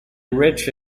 rich